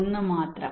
ഒന്ന് മാത്രം